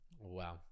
Wow